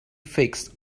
fixed